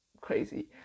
crazy